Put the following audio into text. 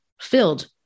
filled